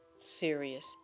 serious